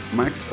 Max